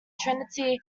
trinity